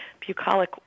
bucolic